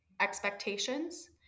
expectations